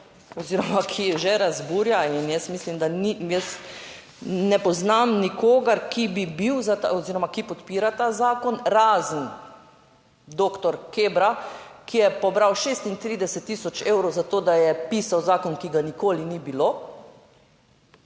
oziroma ki že razburja in jaz mislim, da ni, jaz ne poznam nikogar, ki bi bil za oziroma ki podpira ta zakon, razen doktor Kebra, ki je pobral 36 tisoč evrov za to, da je pisal zakon, ki ga nikoli ni bilo